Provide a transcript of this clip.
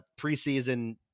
preseason